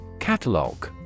Catalog